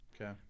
Okay